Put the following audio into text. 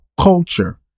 culture